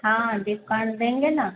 हाँ डिस्काउंट देंगे ना